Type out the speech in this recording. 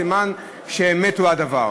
סימן שאמת הוא הדבר.